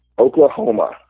Oklahoma